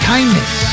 Kindness